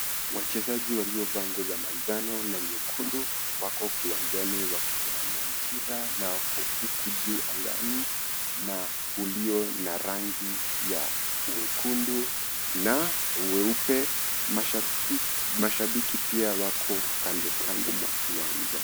Wachezaji waliovaa nguo za manjano na nyekundu wako kiwanjani wakingangania mpira na huko juu angani na ulio na rangi ya uwekundu na uweupe, mashabiki pia wako kandokando mwa kiwanja.